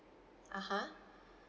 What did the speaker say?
(uh huh)